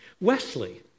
Wesley